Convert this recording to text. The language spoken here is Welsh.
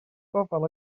gofal